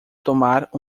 tomar